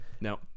No